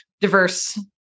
diverse